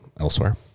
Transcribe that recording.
elsewhere